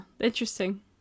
interesting